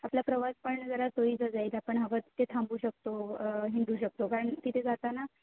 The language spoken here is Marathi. आपला प्रवास पण जरा सोयीचा जाईल आपण हवं तिथे थांबू शकतो हिंडू शकतो कारण तिथे जाताना